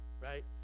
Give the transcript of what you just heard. Right